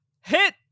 hit